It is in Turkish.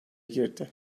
girdi